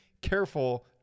careful